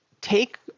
take